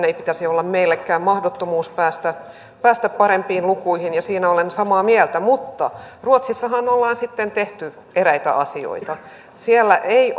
ei pitäisi olla meillekään mahdottomuus päästä päästä parempiin lukuihin siinä olen samaa mieltä mutta ruotsissahan ollaan sitten tehty eräitä asioita siellä ei